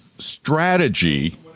strategy